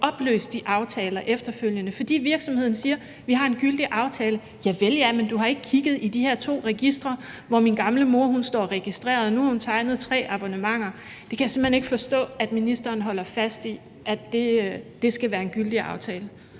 opløst de aftaler efterfølgende, fordi virksomheden siger: Vi har en gyldig aftale. Javel ja, men virksomheden har ikke kigget i de her to registre, hvor f.eks. ens gamle mor står registreret, og så har hun tegnet tre abonnementer. Det kan jeg simpelt hen ikke forstå ministeren holder fast i skal være en gyldig aftale.